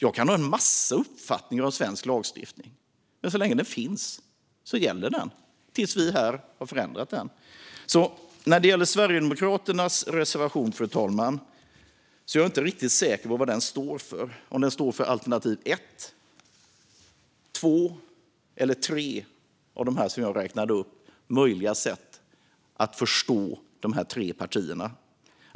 Jag kan ha massor av uppfattningar om svensk lagstiftning, men så länge den finns gäller den tills vi här har ändrat den. När det gäller Sverigedemokraternas reservation, fru talman, är jag inte riktigt säker på vad den står för - om den står för alternativ ett, två eller tre som jag räknade upp som möjliga sätt att förstå de här tre partierna.